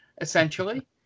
essentially